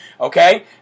okay